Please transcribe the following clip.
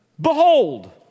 behold